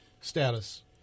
status